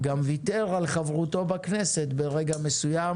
הוא גם ויתר על חברותו בכנסת ברגע מסוים